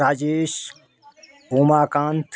Rajesh Umakant